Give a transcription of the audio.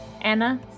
Anna